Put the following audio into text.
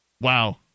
wow